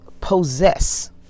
possess